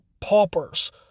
paupers